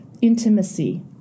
intimacy